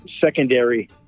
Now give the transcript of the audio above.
secondary